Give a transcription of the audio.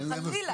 חלילה,